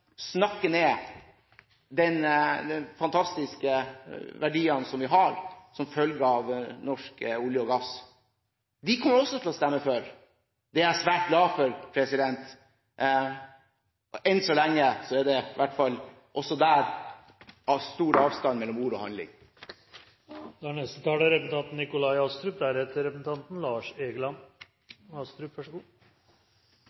snakke ned de fantastiske verdiene vi har som følge av norsk olje og gass. De kommer også til å stemme for. Det er jeg svært glad for, og enn så lenge er det også der stor avstand mellom ord og handling. Det blir ikke ringer i vannet før steinen er